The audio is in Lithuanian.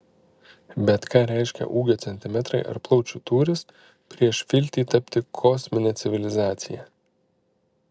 bet ką reiškia ūgio centimetrai ar plaučių tūris prieš viltį tapti kosmine civilizacija